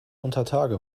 untertage